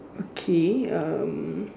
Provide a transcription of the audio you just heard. okay um